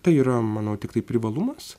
tai yra manau tiktai privalumas